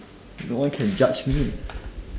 no one can judge me